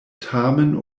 tamen